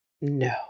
No